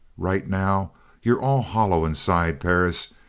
right now you're all hollow inside. perris,